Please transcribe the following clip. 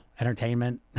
entertainment